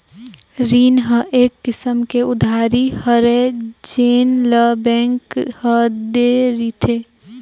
रीन ह एक किसम के उधारी हरय जेन ल बेंक ह दे रिथे